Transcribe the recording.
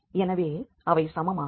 எனவே அவை சமமாகும்